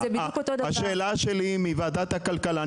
השאלה שלי מוועדת הכלכלה,